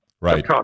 Right